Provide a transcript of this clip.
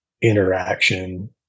interaction